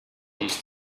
used